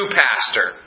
pastor